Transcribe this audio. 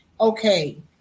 okay